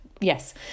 yes